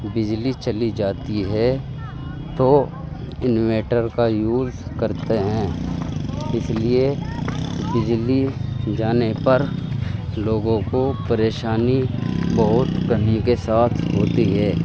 بجلی چلی جاتی ہے تو انویٹر کا یوز کرتے ہیں اس لیے بجلی جانے پر لوگوں کو پریشانی بہت کمی کے ساتھ ہوتی ہے